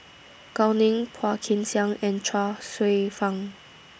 Gao Ning Phua Kin Siang and Chuang Hsueh Fang